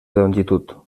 longitud